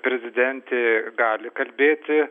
prezidentė gali kalbėti